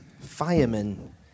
Firemen